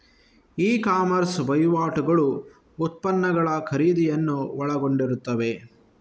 E commerce ವಹಿವಾಟುಗಳು ಉತ್ಪನ್ನಗಳ ಖರೀದಿಯನ್ನು ಒಳಗೊಂಡಿರುತ್ತವೆ